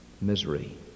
misery